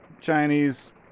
Chinese